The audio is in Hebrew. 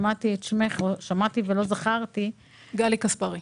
גלי כספרי,